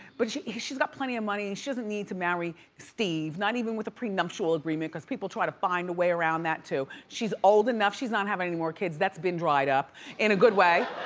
but she's got plenty of money, she doesn't need to marry steve, not even with a prenuptial agreement cause people try to find a way around that too. she's old enough, she's not having any more kids. that's been dried up in a good way.